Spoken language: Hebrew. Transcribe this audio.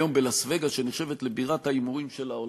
היום בלאס-וגאס, שנחשבת לבירת ההימורים של העולם,